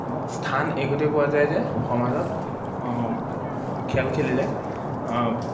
স্থান এইদৰেই পোৱা যায় যে সমাজত খেল খেলিলে